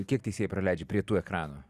kiek teisėjai praleidžia prie tų ekranų